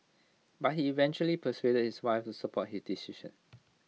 but he eventually persuaded his wife to support his decision